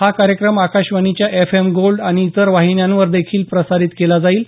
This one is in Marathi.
हा कार्यक्रम आकाशवाणीच्या एफ एम गोल्ड आणि इतर वाहिन्यांवर देखील प्रसारित केला जाईल